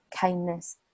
kindness